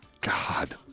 God